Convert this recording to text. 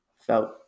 felt